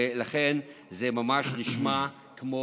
ולכן זה ממש נשמע כמו,